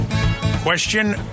Question